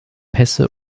pässe